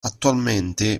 attualmente